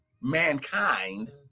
mankind